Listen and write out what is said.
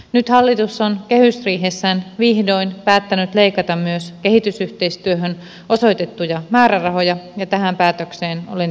nyt hallitus on kehysriihessään vihdoin päättänyt leikata myös kehitysyhteistyöhön osoitettuja määrärahoja ja tähän päätöksen olen tyytyväinen